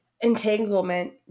entanglement